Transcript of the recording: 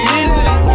easily